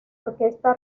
orquesta